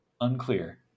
unclear